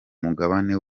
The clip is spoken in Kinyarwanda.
mugabane